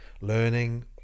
learning